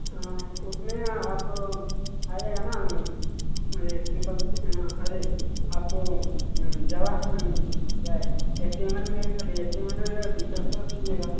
उसमें आप आ जाएगा न ट्रिपल सी अरे आप जावा क्या है स्टेमन मिलेगा डी स्टेमन मिलेगा सी प्लस प्लस मिलेगा